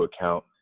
account